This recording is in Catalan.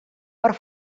per